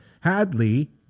Hadley